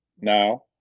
now